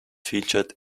featured